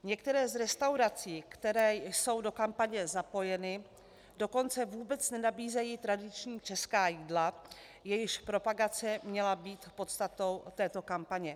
Některé z restaurací, které jsou do kampaně zapojeny, dokonce vůbec nenabízejí tradiční česká jídla, jejichž propagace měla být podstatou této kampaně.